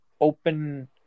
open